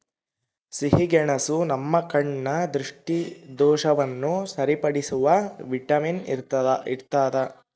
ಸಿಹಿಗೆಣಸು ನಮ್ಮ ಕಣ್ಣ ದೃಷ್ಟಿದೋಷವನ್ನು ಸರಿಪಡಿಸುವ ವಿಟಮಿನ್ ಇರ್ತಾದ